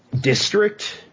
district